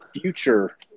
future